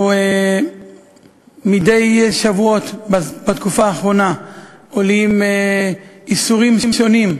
מדי שבועות בתקופה האחרונה עולים איסורים שונים,